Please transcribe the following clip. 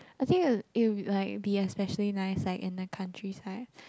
I think it'll it'll be like especially nice like in the countryside